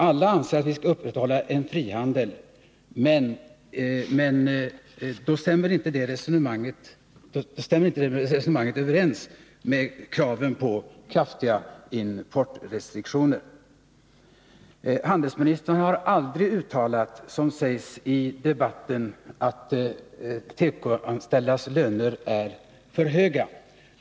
Alla anser att den skall upprätthållas men den uppfattningen stämmer inte överens med kraven på kraftiga importrestriktioner. Handelsministern har aldrig uttalat, vilket sägs i debatten, att de tekoanställdas löner är för höga.